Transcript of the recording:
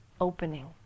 opening